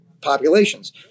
populations